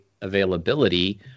availability